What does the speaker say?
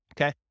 Okay